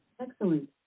Excellent